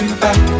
back